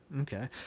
Okay